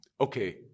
Okay